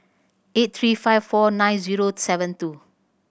eight three five four nine zero seven two